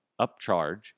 upcharge